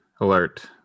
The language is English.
Alert